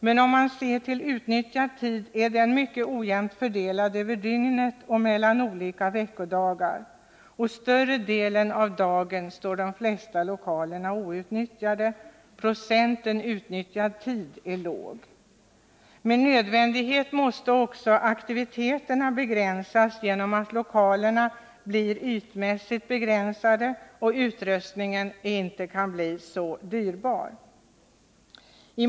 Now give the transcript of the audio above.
Den tid under vilken lokalerna utnyttjas är dock mycket ojämnt fördelad över dygnet och mellan olika veckodagar. Större delen av dagen står de flesta lokalerna outnyttjade. Procenten utnyttjad tid är låg. Med nödvändighet måste också aktiviteterna begränsas genom att dessa lokaler är ytmässigt tämligen snävt tilltagna och inte kan förses med så dyrbar utrustning.